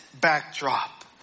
backdrop